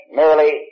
merely